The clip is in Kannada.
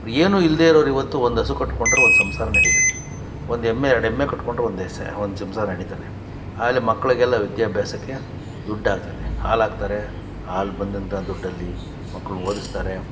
ಏನೂ ಇಲ್ಲದೆ ಇರೋರು ಇವತ್ತು ಒಂದು ಹಸು ಕಟ್ಟಿಕೊಂಡ್ರೆ ಒಂದು ಸಂಸಾರ ನಡಿತೈತೆ ಒಂದು ಎಮ್ಮೆ ಎರಡು ಎಮ್ಮೆ ಕಟ್ಟಿಕೊಂಡ್ರು ಒಂದು ಹೆಸ ಒಂದು ಸಂಸಾರ ನಡಿತದೆ ಆಮೇಲೆ ಮಕ್ಕಳಿಗೆಲ್ಲ ವಿದ್ಯಾಭ್ಯಾಸಕ್ಕೆ ದುಡ್ಡು ಆಗ್ತೈತೆ ಹಾಲು ಹಾಕ್ತಾರೆ ಹಾಲು ಬಂದಂಥ ದುಡ್ಡಲ್ಲಿ ಮಕ್ಳನ್ನ ಓದಿಸ್ತಾರೆ